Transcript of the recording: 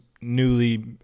newly